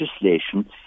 legislation